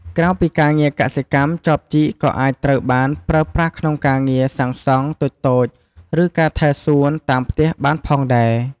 ក្រៅពីការងារកសិកម្ម ចបជីកក៏អាចត្រូវបានប្រើប្រាស់ក្នុងការងារ សាងសង់ តូចៗ ឬការ ថែសួន តាមផ្ទះបានផងដែរ។